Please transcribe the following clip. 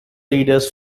leaders